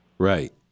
Right